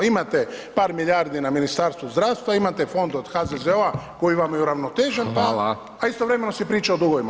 Imate par milijardi na Ministarstvu zdravstva, imate fond od HZZO-a koji vam je uravnotežen, a istovremeno se priča o dugovima